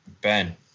Ben